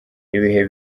ibihe